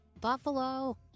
Buffalo